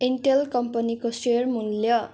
Intel कम्पनीको share मूल्य